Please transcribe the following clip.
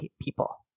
people